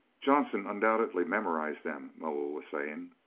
johnson undoubtedly memorized them, moa was saying.